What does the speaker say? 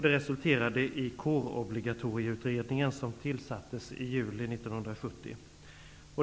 Det resulterade i Kårobligatorieutredningen, som tillsattes i juli 1970.